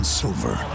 silver